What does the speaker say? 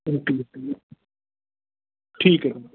okay okay ठीक आहे